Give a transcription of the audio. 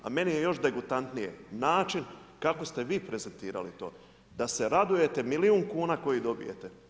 A meni je još degutantnije način kako ste vi prezentirali to, da se radujete milijun kuna kojih dobijete.